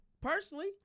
personally